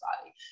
body